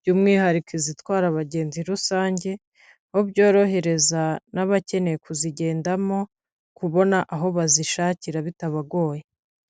by'umwihariko izitwara abagenzi rusange, aho byorohereza n'abakeneye kuzigendamo kubona aho bazishakira bitabagoye.